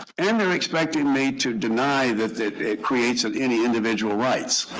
and they're expecting me to deny that that it creates ah any individual rights,